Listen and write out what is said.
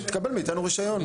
תקבל מאיתנו רישיון.